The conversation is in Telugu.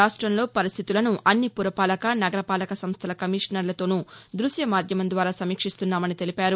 రాష్టంలో పరిస్టితులను అన్ని పురపాలక నగరపాలక సంస్టల కమినర్లతోనూ ద్బశ్యమాద్యమం ద్వారా సమీక్షిస్తున్నామని తెలిపారు